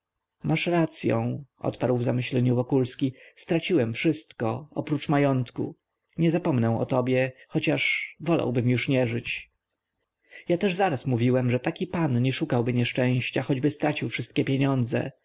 masz racyą odparł w zamyśleniu wokulski straciłem wszystko oprócz majątku nie zapomnę o tobie chociaż wolałbym już nie żyć ja też zaraz mówiłem że taki pan nie szukałby nieszczęścia choćby stracił wszystkie pieniądze